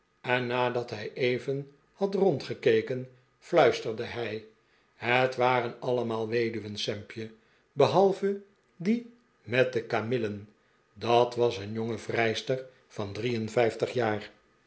en nadat hij even had rondgekeken fluisterde hij het waren allemaal weduwen sampje behalve die met de kamillen dat was een jonge vrijster van drie en vijftig jaar